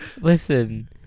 Listen